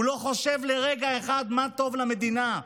הוא לא חושב לרגע אחד מה טוב למדינה,